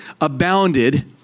abounded